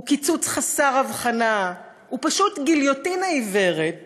הוא קיצוץ חסר הבחנה, הוא פשוט גיליוטינה עיוורת